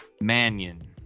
Mannion